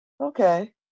Okay